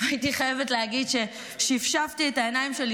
והייתי חייבת להגיד ששפשפתי את העיניים שלי